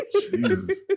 Jesus